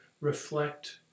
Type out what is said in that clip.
reflect